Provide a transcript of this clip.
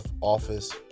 office